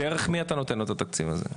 דרך מי אתה נותן לו את התקציב הזה?